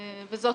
וזאת,